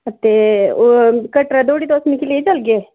ते ओह् कटरा धोड़ी तुस मिगी लेई चलगे